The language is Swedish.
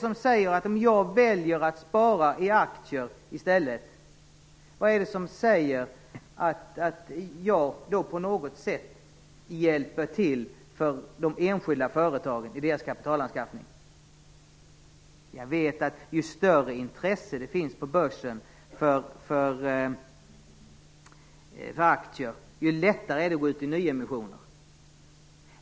Om jag väljer att spara i aktier i stället, vad är det då som säger att jag på något sätt hjälper de enskilda företagen i deras kapitalanskaffning? Jag vet att ju större intresse det finns på börsen för aktier, desto lättare är det att gå ut i nyemissioner.